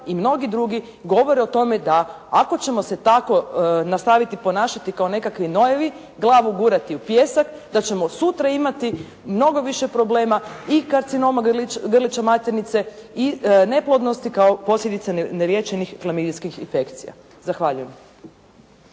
i mnogi drugi govore o tome da ako ćemo se tako nastaviti ponašati kao nekakvi nojevi, glavu gurati u pijesak da ćemo sutra imati mnogo više problema i karcinoma grlića maternice i neplodnosti kao posljedica neliječenih klamidijskih infekcija. Zahvaljujem.